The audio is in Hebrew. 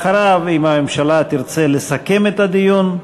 אחריו, אם הממשלה תרצה לסכם את הדיון,